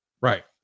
Right